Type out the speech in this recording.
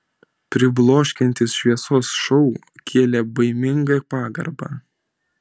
pribloškiantis šviesos šou kėlė baimingą pagarbą